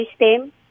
system